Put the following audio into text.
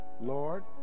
Lord